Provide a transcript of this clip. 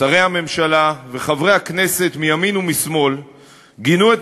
שרי הממשלה וחברי הכנסת מימין ומשמאל גינו את